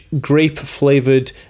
grape-flavored